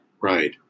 Right